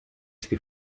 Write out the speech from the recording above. στη